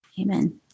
Amen